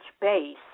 base